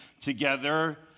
together